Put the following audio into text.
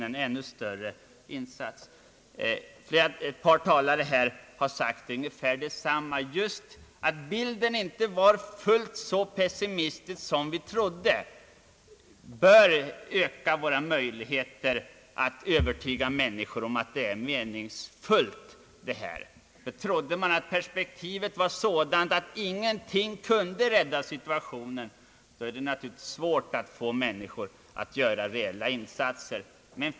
Ett par tidigare talare har sagt att bilden inte är fullt så pessimistisk som många tror. De menade också att detta bör öka våra möjligheter att övertyga människor att våra hjälpinsatser är meningsfulla. Om man trodde att perspektivet var sådant att ingenting kun de rädda situationen är det naturligtvis svårt att få människor att göra reella insatser.